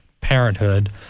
parenthood